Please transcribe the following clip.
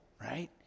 right